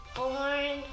born